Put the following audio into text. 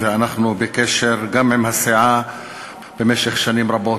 ואנחנו בקשר גם עם הסיעה שנים רבות.